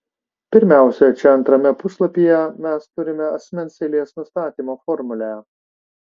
pirmiausia čia antrame puslapyje mes turime asmens eilės nustatymo formulę